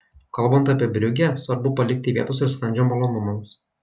kalbant apie briugę svarbu palikti vietos ir skrandžio malonumams